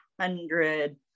hundred